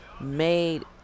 Made